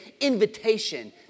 invitation